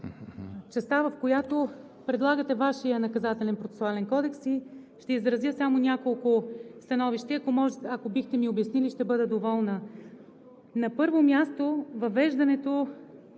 частта в която предлагате Вашия Наказателно-процесуален кодекс. Ще изразя само няколко становища и ако ми обясните, ще бъда доволна. На първо място, българската